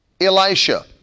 Elisha